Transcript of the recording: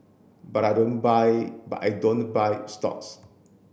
but I don't buy but I don't buy stocks